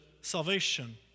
salvation